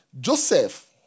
Joseph